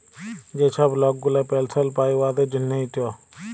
যে ছব লক গুলা পেলসল পায় উয়াদের জ্যনহে ইট